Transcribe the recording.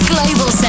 Global